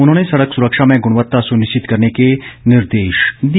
उन्होंने सड़क निर्माण में गुणवत्ता सुनिश्चित करने के निर्देश दिए